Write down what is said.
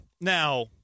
Now